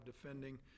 defending